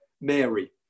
Mary